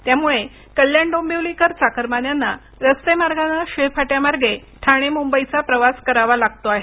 त्यामुळे कल्याण डोंबिवलीकर चाकरमान्यांना रस्ते मार्गानं शिळफाट्यामार्गे ठाणे मुंबईचा प्रवास करावा लागतो आहे